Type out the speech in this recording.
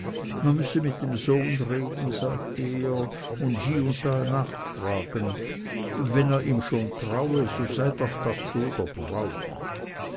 man müsse mit dem sohn reden sagte er und hie und da nachfragen wenn er ihm schon traue so sei das doch so der brauch